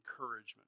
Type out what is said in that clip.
encouragement